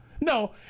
No